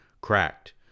cracked